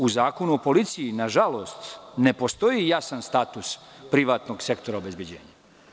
U Zakonu o policiji, na žalost, ne postoji jasan status privatnog sektora obezbeđenja.